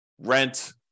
rent